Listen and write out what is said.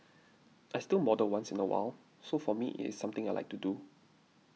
I still model once in a while so for me it is something I like to do